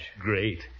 Great